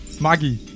Maggie